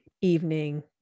evening